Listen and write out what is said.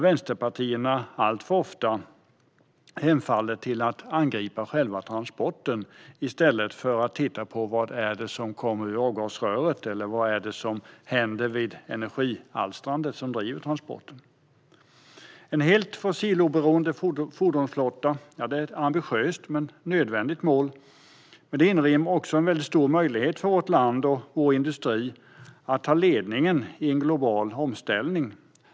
Vänsterpartierna hemfaller alltför ofta till att angripa själva transporten i stället för att titta på vad som kommer ur avgasröret eller vad som händer vid energialstrandet som driver transporten. En helt fossiloberoende fordonsflotta är ett ambitiöst men nödvändigt mål. Det inrymmer också en stor möjlighet för vårt land och vår industri att ta ledningen i en global omställning.